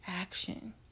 action